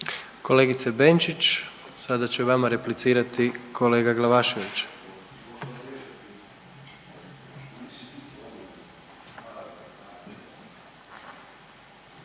Kolegice Benčić, sada će vama replicirati kolega Glavaštević.